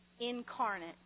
incarnate